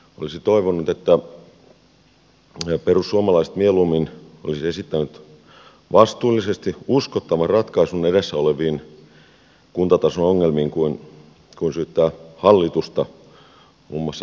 olisi toivonut että perussuomalaiset mieluummin olisi esittänyt vastuullisesti uskottavan ratkaisun edessä oleviin kuntatason ongelmiin kuin syyttänyt hallitusta muun muassa edesvastuuttomuudesta